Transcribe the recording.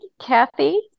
Kathy